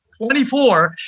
24